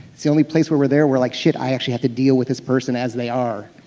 it's the only place where we're there, we're like shit. i actually have to deal with this person as they are.